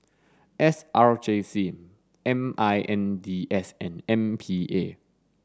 S R J C M I N D S and M P A